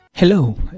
Hello